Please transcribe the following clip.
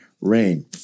rain